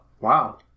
Wow